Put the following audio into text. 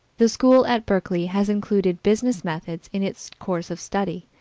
the school at berkeley has included business methods in its course of study,